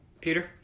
Peter